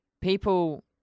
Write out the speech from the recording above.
people